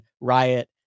riot